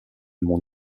mon